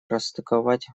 расстыковать